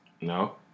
No